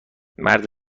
مرد